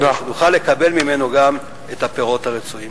כדי שנוכל לקבל ממנו גם את הפירות הרצויים.